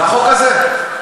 לחוק הזה?